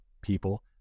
people